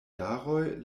jaroj